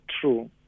true